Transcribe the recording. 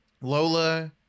Lola